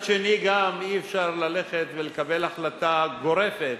מצד שני, גם אי-אפשר ללכת ולקבל החלטה גורפת,